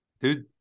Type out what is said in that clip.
dude